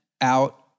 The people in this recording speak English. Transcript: out